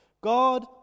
God